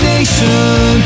Nation